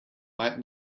might